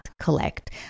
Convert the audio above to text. collect